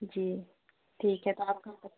जी ठीक है तो आपका पता